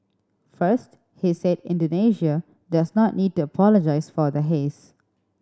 first he said Indonesia does not need to apologise for the haze